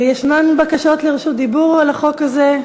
יש בקשות לרשות דיבור לחוק הזה?